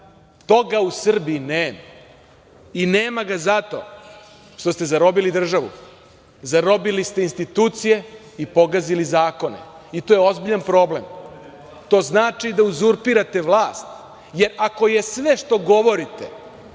u Srbiji nema i nema ga zato što ste zarobili državu. Zarobili ste institucije i pogazili zakone, i to je ozbiljan problem. To znači da uzurpirate vlast, jer ako je sve što govorite